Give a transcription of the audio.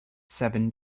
seven